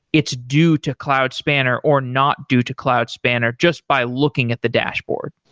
it's due to cloud spanner or not due to cloud spanner, just by looking at the dashboard.